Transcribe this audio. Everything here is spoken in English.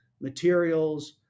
materials